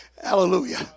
Hallelujah